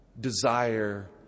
desire